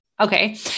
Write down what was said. okay